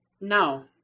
No